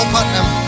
Putnam